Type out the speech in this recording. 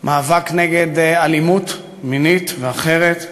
מאבק נגד אלימות מינית ואחרת.